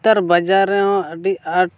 ᱱᱮᱛᱟᱨ ᱵᱟᱡᱟᱨ ᱨᱮᱦᱚᱸ ᱟᱹᱰᱤ ᱟᱸᱴ